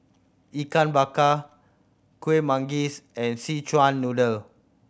Ikan Bakar Kueh Manggis and Szechuan Noodle